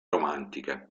romantica